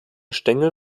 stängel